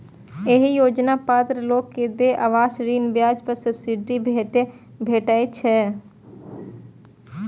एहि योजनाक पात्र लोग कें देय आवास ऋण ब्याज पर सब्सिडी भेटै छै